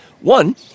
One